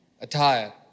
attire